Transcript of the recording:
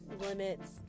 limits